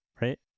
right